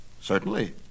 Certainly